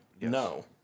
No